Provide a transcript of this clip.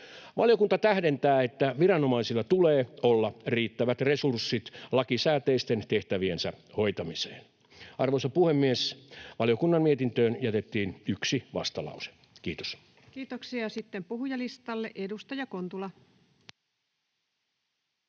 Valiokunta tähdentää, että viranomaisilla tulee olla riittävät resurssit lakisääteisten tehtäviensä hoitamiseen. Arvoisa puhemies! Valiokunnan mietintöön jätettiin yksi vastalause. — Kiitos. Kiitoksia. — Ja sitten puhujalistalle. — Edustaja Kontula.